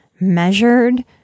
measured